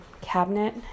cabinet